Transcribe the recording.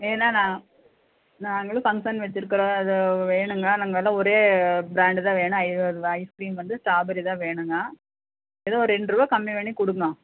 ஏன்னா நா நாங்களும் ஃபங்ஷன் வச்சிருக்கிறோம் அது வேணுங்க நாங்கள் எல்லா ஒரே பிராண்டு தான் வேணும் ஐஸ்கிரீம் வந்து ஸ்டாபெரி தான் வேணுங்க எதோ ரெண்டுரூபா கம்மி பண்ணி கொடுங்க